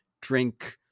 drink